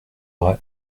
vrai